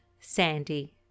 Sandy